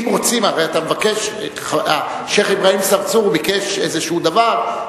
הרי השיח' אברהים צרצור ביקש איזה דבר,